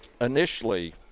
Initially